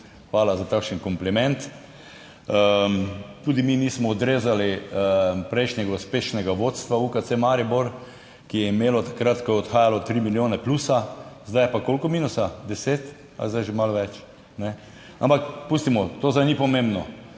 Hvala za takšen kompliment. Tudi mi nismo odrezali prejšnjega uspešnega vodstva UKC Maribor, ki je imelo takrat, ko je odhajalo, tri milijone plusa, zdaj je pa, koliko minusa, deset, ali je zdaj že malo več, ampak pustimo to zdaj, ni pomembno.